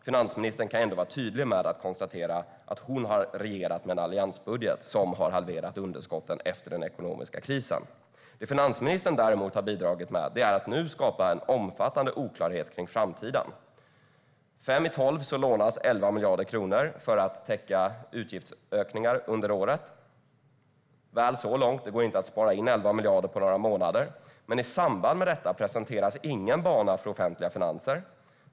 Finansministern kan ändå vara tydlig med att hon har regerat med en alliansbudget som har halverat underskotten efter den ekonomiska krisen. Det finansministern däremot har bidragit med är att nu skapa en omfattande oklarhet kring framtiden. Fem i tolv lånas 11 miljarder kronor för att täcka utgiftsökningar under året. Det går inte att spara in 11 miljarder på några månader, men i samband med detta presenteras ingen bana för offentliga finanser.